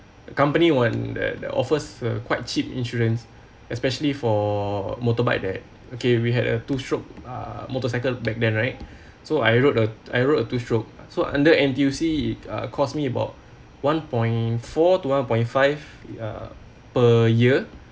company one that that offers a quite cheap insurance especially for motorbike that okay we had a two stroke uh motorcycle back then right so I rode a I rode a two stroke so under N_T_U_C it uh cost me about one point four to one point five uh per year